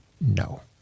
no